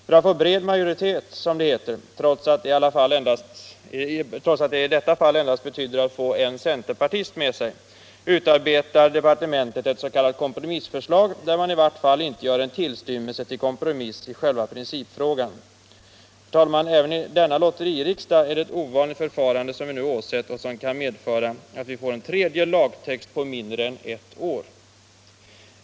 För att få bred majoritet, som det heter, trots att det i detta fall endast betyder att få en centerpartist med sig, utarbetade departementet ett s.k. kompromissförslag, där man i varje fall inte gör en tillstymmelse till kompromiss i själva principfrågan. Herr talman! Även i denna lotteririksdag är det ett ovanligt förfarande som vi nu åsett och som kan medföra att vi får en tredje lagtext på mindre än ett år.